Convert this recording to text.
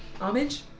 Homage